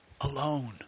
alone